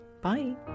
bye